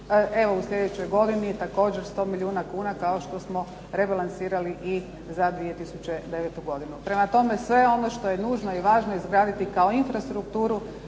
Evo, u slijedećoj godini je također 100 milijuna kuna kao što smo rebalansirali i za 2009. godinu. Prema tome, sve ono što je nužno i važno izgraditi kao infrastrukturu